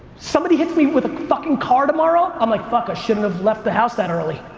somebody hits me with a fuckin' car tomorrow i'm like fuck, i shouldn't have left the house that early.